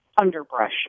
underbrush